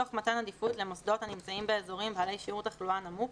תוך מתן עדיפות למוסדות הנמצאים באזורים בעלי שיעור תחלואה נמוך,